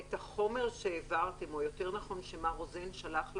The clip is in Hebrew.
הדבר הנוסף היה שבעצם אנחנו גם שומרים על